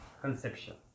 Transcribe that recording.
Conception